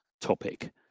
topic